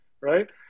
Right